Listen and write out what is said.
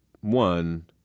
one